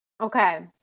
Okay